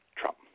Trump